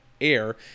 air